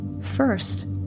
First